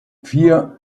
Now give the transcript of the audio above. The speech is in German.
vier